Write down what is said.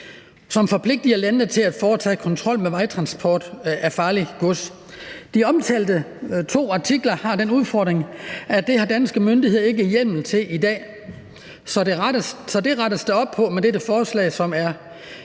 som forpligter landene til at foretage kontrol med vejtransport af farligt gods. De omtalte to artikler har den udfordring, at det har danske myndigheder ikke hjemmel til i dag, og det rettes der op på med dette forslag, som